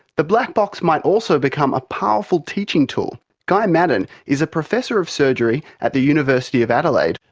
the black box might also become a powerful teaching tool. guy maddern is a professor of surgery at the university of adelaide.